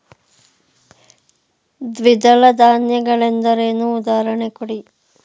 ದ್ವಿದಳ ಧಾನ್ಯ ಗಳೆಂದರೇನು, ಉದಾಹರಣೆ ಕೊಡಿ?